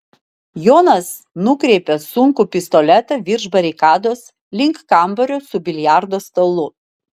jonas nukreipė sunkų pistoletą virš barikados link kambario su biliardo stalu